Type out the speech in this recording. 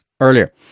earlier